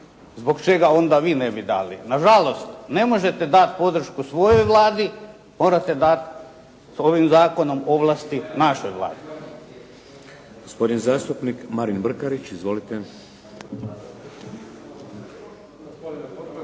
zbog čega onda vi ne bi dali. Na žalost, ne možete dati podršku svojoj Vladi, morate dati ovim zakonom ovlasti našoj Vladi.